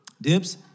Dips